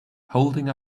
holding